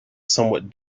somewhat